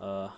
uh